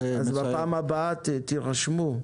אז בפעם הבאה תירשמו.